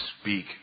speak